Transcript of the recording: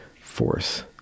force